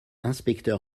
inspecteur